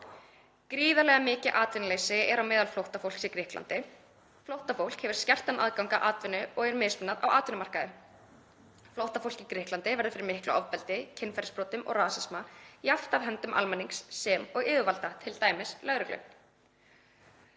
Gríðarlega mikið atvinnuleysi er á meðal flóttafólks í Grikklandi. Flóttafólk hefur skertan aðgang að atvinnu og er mismunað á atvinnumarkaði. Flóttafólk í Grikklandi verður fyrir miklu ofbeldi, kynferðisbrotum og rasisma, jafnt af höndum almennings sem og yfirvalda, t.d. lögreglu.